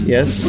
Yes